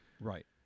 Right